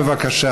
בבקשה.